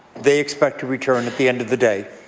they expect to return at the end of the day.